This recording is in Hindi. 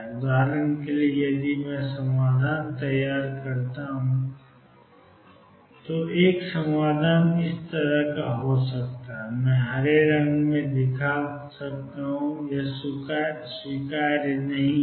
उदाहरण के लिए यदि मैं समाधान तैयार करता हूं तो एक समाधान इस तरह हो सकता है मैं हरे रंग में दिखा रहा हूं यह स्वीकार्य नहीं है